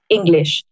English